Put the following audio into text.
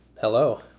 Hello